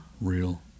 Real